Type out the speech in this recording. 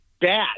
bad